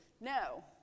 No